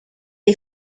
est